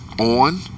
on